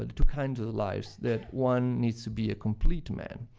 ah two kinds of lives, that one needs to be a complete man.